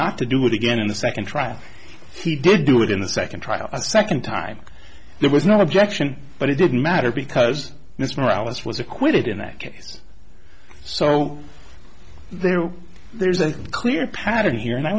not to do it again in the second trial he did do it in the second trial a second time there was no objection but it didn't matter because this morales was acquitted in that case so there there's a clear pattern here and i